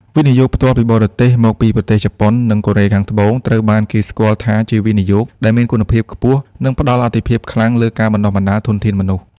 វិនិយោគផ្ទាល់ពីបរទេស មកពីប្រទេសជប៉ុន និងកូរ៉េខាងត្បូង ត្រូវបានគេស្គាល់ថាជាវិនិយោគដែលមានគុណភាពខ្ពស់ និងផ្ដល់អាទិភាពខ្លាំងលើការបណ្ដុះបណ្ដាលធនធានមនុស្ស។